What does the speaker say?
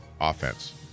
offense